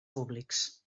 públics